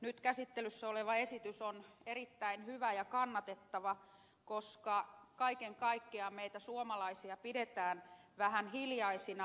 nyt käsittelyssä oleva esitys on erittäin hyvä ja kannatettava koska kaiken kaikkiaan meitä suomalaisia pidetään vähän hiljaisina